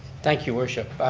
thank you, worship.